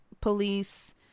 Police